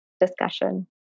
discussion